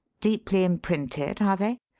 deeply imprinted, are they?